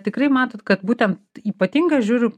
tikrai matot kad būtent ypatinga žiūriu